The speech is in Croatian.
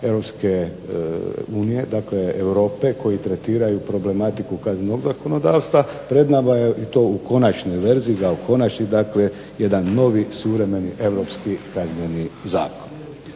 Europske unije, dakle Europe koji tretiraju problematiku kaznenog zakonodavstva pred nama je to u konačnoj verziji, kao konačni dakle jedan novi suvremeni europski Kazneni zakon.